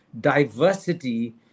diversity